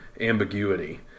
ambiguity